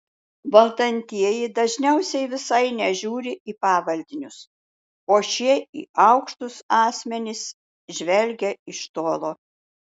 valdantieji dažniausiai visai nežiūri į pavaldinius o šie į aukštus asmenis žvelgia iš tolo